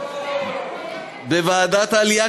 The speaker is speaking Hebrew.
בוועדת העלייה,